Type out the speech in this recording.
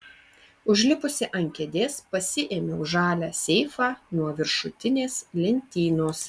užlipusi ant kėdės pasiėmiau žalią seifą nuo viršutinės lentynos